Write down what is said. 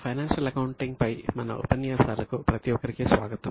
financial accounting పై మన ఉపన్యాసాలకు ప్రతి ఒక్కరికీ స్వాగతం